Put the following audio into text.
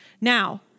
Now